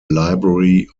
library